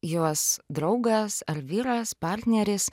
jos draugas ar vyras partneris